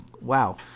wow